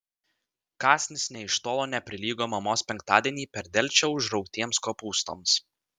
kąsnis nė iš tolo neprilygo mamos penktadienį per delčią užraugtiems kopūstams